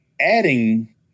adding